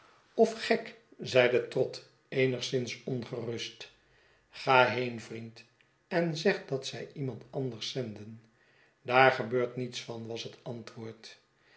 of gek zeide trott eenigszins ongerust ga heen vriendl en zeg dat zij iemand anders zenden daar gebeurt niets van was het antwoord